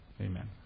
amen